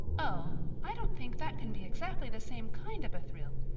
oh, i don't think that can be exactly the same kind of a thrill.